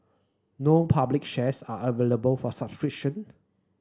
no public shares are available for subscription